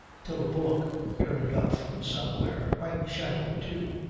till a bullock turned up from somewhere, quite shadowy too.